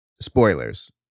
spoilers